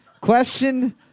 Question